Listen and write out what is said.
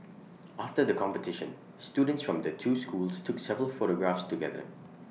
after the competition students from the two schools took several photographs together